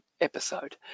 episode